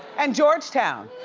and georgetown,